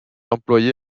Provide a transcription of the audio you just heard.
employé